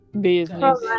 business